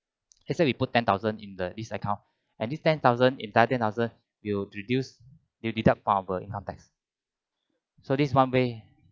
let say we put ten thousand in the this account and this ten thousand you ten thousand will reduce will deduct our income tax so this one way